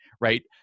right